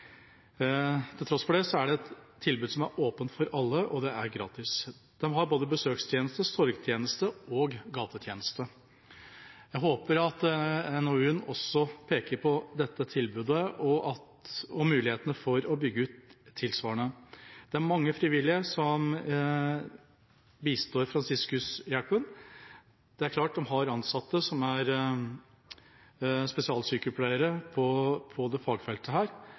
Til tross for det så er det et tilbud som er åpent for alle, og det er gratis. De har både besøkstjeneste, sorgtjeneste og gatetjeneste. Jeg håper at NOU-en også peker på dette tilbudet og på mulighetene for å bygge ut tilsvarende tilbud. Det er mange frivillige som bistår Fransiskushjelpen. Det er klart at de har ansatte som er spesialsykepleiere på dette fagfeltet, men det